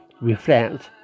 reflect